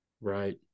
Right